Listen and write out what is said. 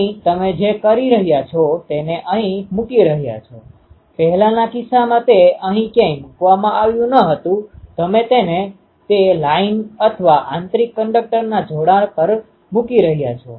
અહીં તમે જે કરી રહ્યા છો તેને અહી મૂકી રહ્યાં છો પહેલાનાં કિસ્સામાં તે અહીં ક્યાંય મૂકવામાં આવ્યું ન હતું તમે તેને તે લાઇન અથવા આંતરિક કન્ડક્ટરના જોડાણ પર મૂકી રહ્યા છો